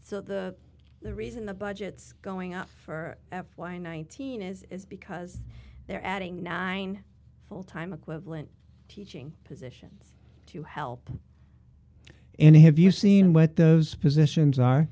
so the the reason the budgets going up for why nineteen is because they're adding nine full time equivalent teaching positions to help and have you seen what those positions are